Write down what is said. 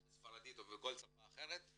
ספרדית או בכל שפה אחרת,